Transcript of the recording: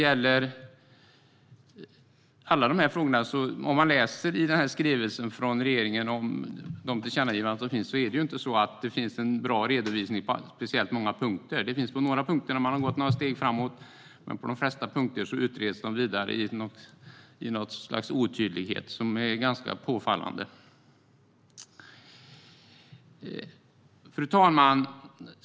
I denna skrivelse från regeringen om de tillkännagivanden som finns är det inte så att det finns en bra redovisning i speciellt många punkter. På några punkter har man har gått några steg framåt, men de flesta punkter utreds vidare i något slags otydlighet som är ganska påfallande. Fru talman!